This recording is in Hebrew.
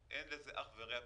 אין לזה אח ורע בעולם.